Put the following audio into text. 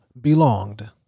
belonged